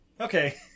Okay